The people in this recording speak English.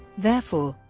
therefore,